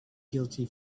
guilty